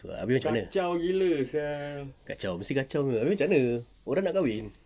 tu ah abeh macam mana kacau mesti kacau punya abeh macam mana orang nak kahwin